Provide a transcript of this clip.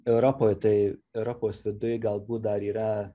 europoj tai europos viduj galbūt dar yra